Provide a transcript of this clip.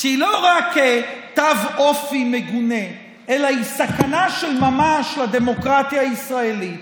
שהיא לא רק תו אופי מגונה אלא היא סכנה של ממש לדמוקרטיה הישראלית,